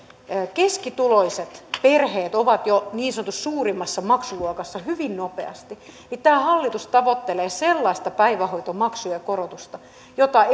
keskituloiset perheet ovat jo niin sanotussa suurimmassa maksuluokassa hyvin nopeasti niin tämä hallitus tavoittelee sellaista päivähoitomaksujen korotusta jota